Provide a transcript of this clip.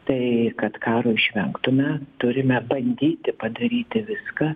tai kad karo išvengtume turime bandyti padaryti viską